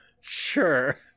Sure